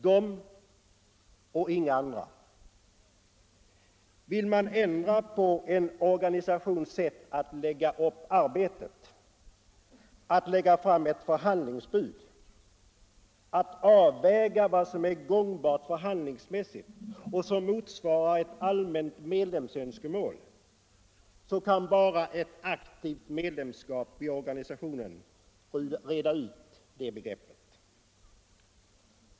De och inga andra! Vill man ändra på en organisations sätt att lägga upp arbetet, att lägga fram ett förhandlingsbud, att avväga vad som är gångbart förhandlingsmässigt och som motsvarar ett allmänt medlemsönskemål, kan bara ett aktivt medlemskap i organisationen reda ut det begreppet.